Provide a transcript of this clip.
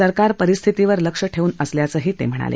सरकार परिस्थितीवर लक्ष ठेवून असल्याचंही ते म्हणाले